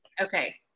Okay